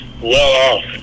well-off